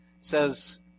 says